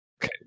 Okay